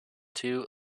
two